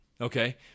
okay